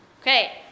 Okay